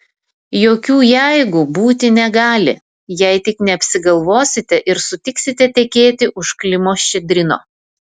jokių jeigu būti negali jei tik neapsigalvosite ir sutiksite tekėti už klimo ščedrino